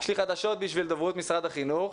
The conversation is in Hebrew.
יש לי חדשות בשביל דוברות משרד החינוך.